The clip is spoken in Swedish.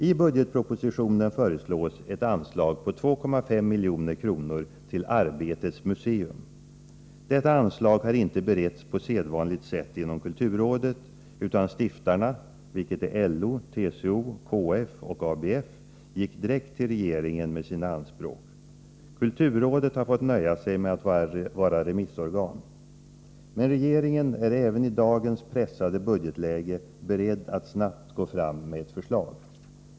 I budgetpropositionen föreslås ett anslag på 2,5 milj.kr. till Arbetets museum. Detta anslag har inte beretts på sedvanligt sätt inom kulturrådet, utan stiftarna — LO, TCO, KF och ABF - gick direkt till regeringen med sina anspråk. Kulturrådet har fått nöja sig med att vara remissorgan. Men regeringen är även i dagens pressade budgetläge beredd att snabbt gå fram med ett förslag.